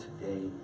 today